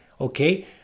Okay